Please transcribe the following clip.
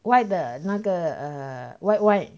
why the 那个 err white white